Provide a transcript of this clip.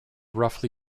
roughly